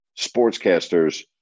sportscasters